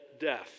death